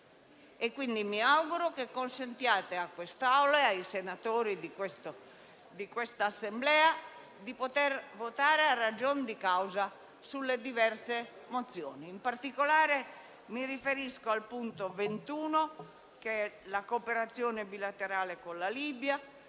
mi auguro che consentiate ai senatori di quest'Assemblea, di poter votare, a ragion di causa, sulle diverse mozioni. In particolare, mi riferisco al punto 21, che è la missione bilaterale di